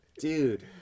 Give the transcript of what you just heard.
Dude